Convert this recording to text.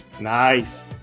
Nice